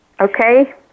Okay